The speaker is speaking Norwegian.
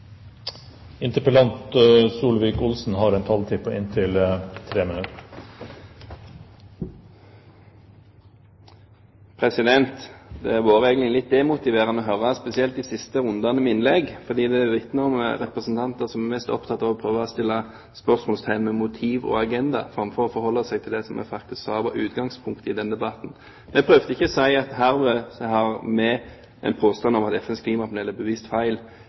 lenge nok? Har vi ikke hatt spørsmål nok om dette? Kunne det ikke snart være like så interessant for et så stort parti å delta i den mer reelle forskningsforankrede debatten? Det var egentlig litt demotiverende å høre spesielt de siste rundene med innlegg, fordi det vitner om representanter som er mest opptatt av å prøve å sette spørsmålstegn ved motiv og agenda, framfor å forholde seg til det som jeg faktisk sa var utgangspunktet i denne debatten. Jeg prøvde ikke å si at herved har vi